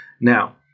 Now